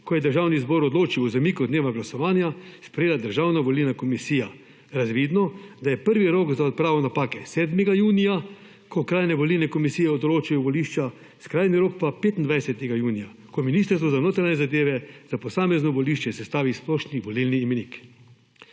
ko je državni zbor odločil o zamiku dneva glasovanja, sprejela državna volilna komisija, razvidno, da je prvi rok za odpravo napake 7. junija, ko okrajne volilne komisije določijo volišča, skrajni rok pa 25. junija, ko Ministrstvo za notranje zadeve za posamezno volišče sestavi splošni volilni imenik.